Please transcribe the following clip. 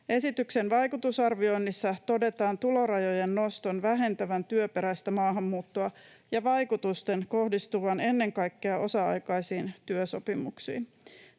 Esityksen vaikutusarvioinnissa todetaan tulorajojen noston vähentävän työperäistä maahanmuuttoa ja vaikutusten kohdistuvan ennen kaikkea osa-aikaisiin työsopimuksiin.